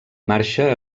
marxa